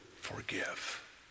forgive